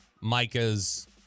Micah's